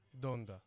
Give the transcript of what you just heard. Donda